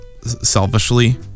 selfishly